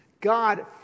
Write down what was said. God